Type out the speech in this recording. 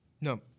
No